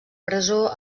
presó